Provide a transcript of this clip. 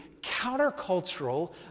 countercultural